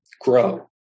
grow